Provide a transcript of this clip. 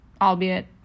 albeit